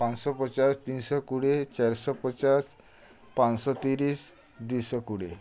ପାଞ୍ଚଶହ ପଚାଶ ତିନିଶହ କୋଡ଼ିଏ ଚାରିଶହ ପଚାଶ ପାଞ୍ଚଶହ ତିରିଶି ଦୁଇଶହ କୋଡ଼ିଏ